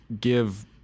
give